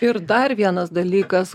ir dar vienas dalykas